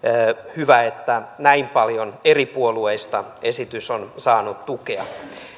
hyvä että näin paljon eri puolueista esitys on saanut tukea